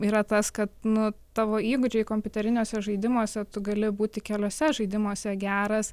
yra tas kad nu tavo įgūdžiai kompiuteriniuose žaidimuose tu gali būti keliose žaidimuose geras